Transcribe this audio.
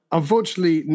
Unfortunately